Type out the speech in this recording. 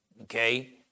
okay